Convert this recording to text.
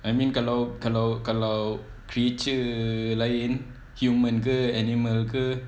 I mean kalau kalau kalau creature lain human ke animal ke